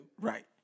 Right